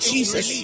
Jesus